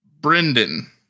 Brendan